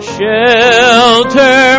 Shelter